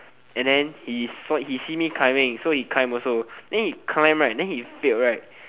and then he see me climbing then he climb also then he climb right then he failed right